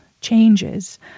changes